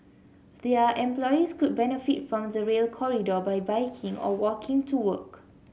their employees could benefit from the Rail Corridor by biking or walking to work